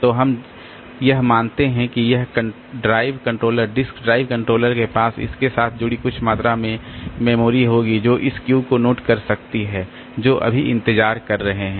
तो हम यह मानते हैं कि यह drive controller disk drive controller के पास इसके साथ जुड़ी कुछ मात्रा में मेमोरी होगी जो इस क्यू को नोट कर सकती है जो अभी इंतज़ार कर रहे हैं